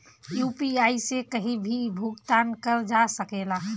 UPI से कहीं भी भुगतान कर जा सकेला?